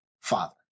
father